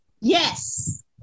Yes